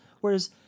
whereas